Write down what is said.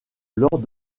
lors